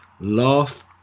laugh